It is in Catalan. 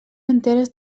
enteres